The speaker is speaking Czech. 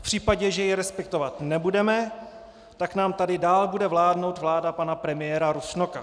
V případě, že ji respektovat nebudeme, tak nám tady dál bude vládnout vláda pana premiéra Rusnoka.